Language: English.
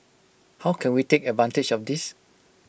how can we take advantage of this